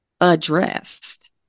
addressed